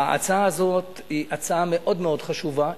ההצעה הזאת היא הצעה מאוד חשובה,